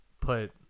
put